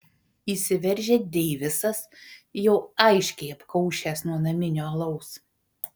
įsiveržia deivisas jau aiškiai apkaušęs nuo naminio alaus